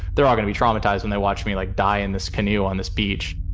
they're all gonna be traumatized. and they watch me, like, die in this canoe on this beach.